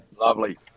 Lovely